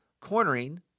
cornering